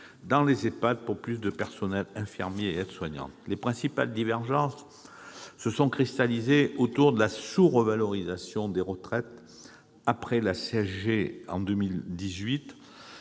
les EHPAD, avec plus de personnels infirmiers et aides-soignants. Les principales divergences se sont cristallisées autour de la sous-revalorisation des retraites, après la réforme